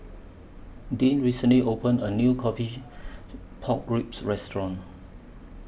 Dean recently opened A New Coffee Pork Ribs Restaurant